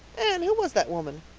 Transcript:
anne, who was that woman?